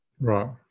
Right